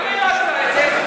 למה היא לא עשתה את זה?